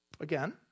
Again